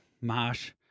Marsh